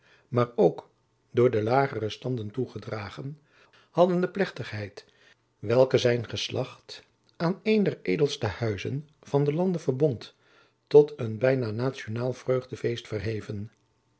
maar ook door de lagere standen toegedragen hadden de plechtigheid welke zijn geslacht aan een der edelste huizen van den lande verbond tot een bijna nationaal vreugdefeest verheven